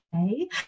Okay